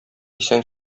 исән